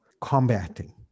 combating